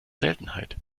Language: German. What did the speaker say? seltenheit